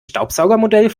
staubsaugermodell